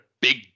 big